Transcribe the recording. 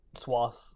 swaths